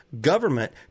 government